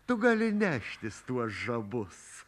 tu gali neštis tuos žabus